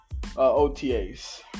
OTAs